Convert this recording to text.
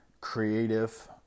creative